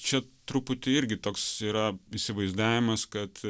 čia truputį irgi toks yra įsivaizdavimas kad